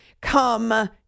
come